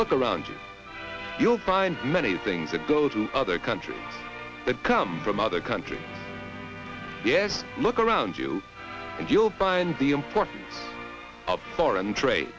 look around you you'll find many things that go to other countries that come from other countries yes look around you and you'll find the import of foreign trade